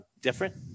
different